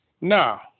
Now